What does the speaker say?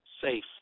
safe